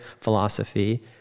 philosophy